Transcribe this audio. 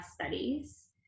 studies